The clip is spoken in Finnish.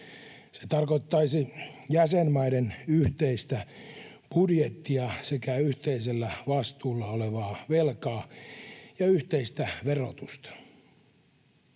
Se tarkoittaisi jäsenmaiden yhteistä budjettia sekä yhteisellä vastuulla olevaa velkaa ja yhteistä verotusta.